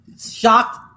Shocked